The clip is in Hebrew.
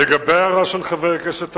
לגבי ההערה של חבר הכנסת אריאל,